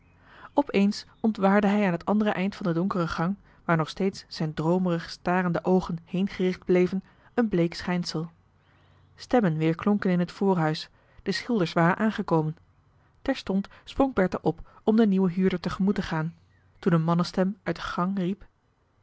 eens ontwaarde hij aan het andere eind van den donkeren gang waar nog steeds zijn droomerig starende oogen heen gericht bleven een bleek schijnsel stemmen weerklonken in het voorhuis de schilders waren aangekomen terstond sprong bertha op om den nieuwen huurder te gemoet te gaan toen een mannestem uit den gang riep